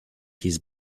his